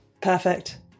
perfect